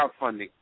crowdfunding